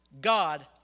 God